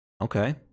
Okay